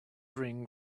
ring